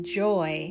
joy